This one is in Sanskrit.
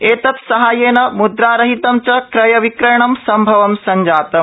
एतत्साहाय्येन मुद्रारहितं च क्रयविक्रयणं सम्भवं संजातम्